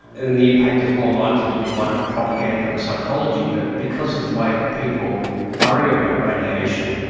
and the impact is more likely to be one of propaganda and psychology. but because of the way that people worry about radiation,